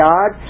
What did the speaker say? God